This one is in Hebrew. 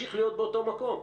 להמשיך להיות באותו מקום.